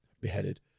beheaded